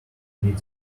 beat